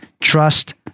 trust